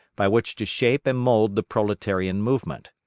by which to shape and mould the proletarian movement.